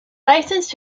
licensed